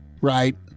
right